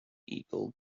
eagle